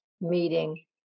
meeting